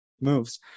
moves